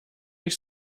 ich